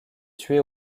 tué